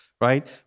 right